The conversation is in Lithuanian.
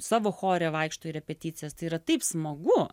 savo chore vaikšto į repeticijas tai yra taip smagu